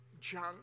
junk